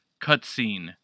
Cutscene